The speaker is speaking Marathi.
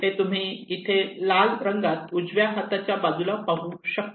हे तुम्ही इथे लाल रंगात उजव्या हाताच्या बाजूला पाहू शकतात